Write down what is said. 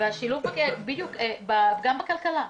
והשילוב גם בכלכלה,